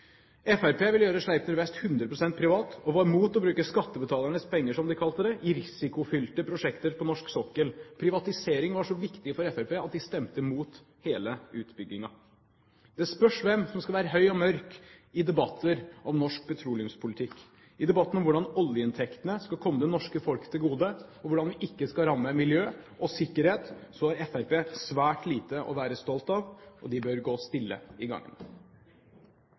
ville gjøre Sleipner Vest hundre prosent privat, og var imot å bruke skattebetalernes penger, som de kalte det, i risikofylte prosjekter på norsk sokkel. Privatisering var så viktig for Fremskrittspartiet at de stemte mot hele utbyggingen. Det spørs hvem som skal være høy og mørk i debatter om norsk petroleumspolitikk. I debatten om hvordan oljeinntektene skal komme det norske folk til gode, og hvordan vi ikke skal ramme miljø og sikkerhet, har Fremskrittspartiet svært lite å være stolt av. De bør gå stille i